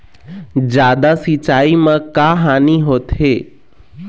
जादा सिचाई म का हानी होथे?